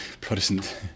Protestant